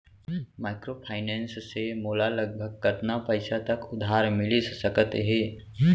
Microfinance से मोला लगभग कतना पइसा तक उधार मिलिस सकत हे?